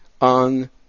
on